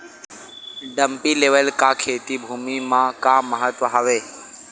Dumpy level का खेती भुमि म का महत्व हावे?